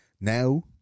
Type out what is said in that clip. Now